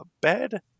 Bed